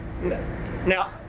Now